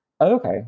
Okay